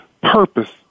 purpose